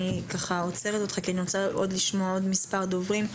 אני עוצרת אותך כי אני רוצה לשמוע עוד מספר דוברים,